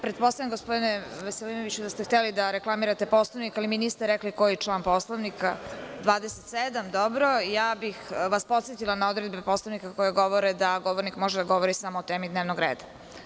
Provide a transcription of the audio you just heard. Pretpostavljam, gospodine Veselinoviću, da ste hteli da reklamirate Poslovnik, ali mi niste rekli koji član Poslovnika reklamirate? (Janko Veselinović, s mesta: Član 27.) Dobro, podsetila bih vas na odredbe Poslovnika koje govore o tome da govornik može da govori samo o temi dnevnog reda.